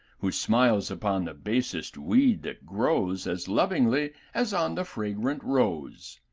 who smiles upon the basest weed that grows as lovingly as on the fragrant rose.